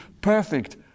perfect